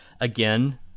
Again